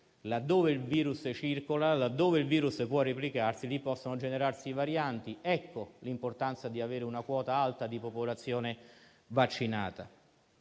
laddove il virus circola e può replicarsi, lì possono generarsi varianti. Ecco l'importanza di avere una quota alta di popolazione vaccinata.